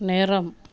நேரம்